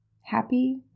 happy